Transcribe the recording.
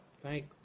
thank